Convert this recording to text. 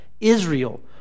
Israel